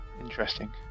Interesting